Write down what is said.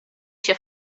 się